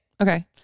okay